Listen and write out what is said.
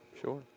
Sure